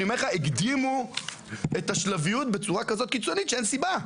אני אומר לך שהקדימו את השלבים בצורה כזאת קיצונית בלי סיבה.